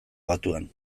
batuan